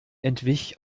entwich